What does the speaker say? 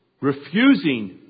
Refusing